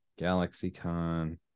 GalaxyCon